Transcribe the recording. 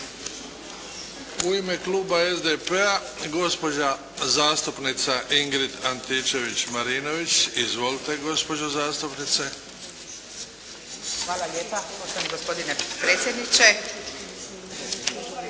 U ime kluba SDP-a gospođa zastupnica Ingrid Antičević-Marinović. Izvolite gospođo zastupnice. **Antičević Marinović,